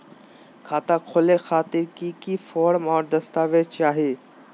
खाता खोले खातिर की की फॉर्म और दस्तावेज चाही?